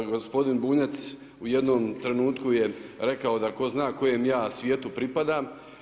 Gospodin Bunjac u jednom trenutku je rekao da tko zna kojem ja svijetu pripadam.